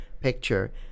picture